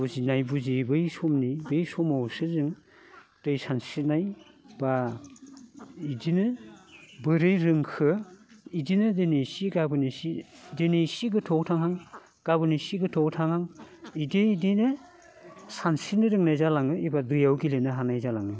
बुजिनाय बुजियै बै समनि बे समावसो जों दै सानस्रिनाय बा इदिनो बोरै रोंखो इदिनो दिनै एसे गाबोन एसे दिनै एसे गोथौआव थांहां गाबोन एसे गोथौआव थांहां बिदि इदियैनो सानस्रिनो रोंनाय जालांनानै एबार दैयाव गेलेनो हानाय जालाङो